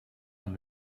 aan